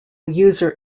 user